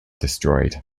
destroyed